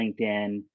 LinkedIn